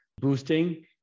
boosting